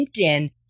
LinkedIn